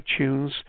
iTunes